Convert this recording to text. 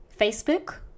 Facebook